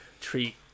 treat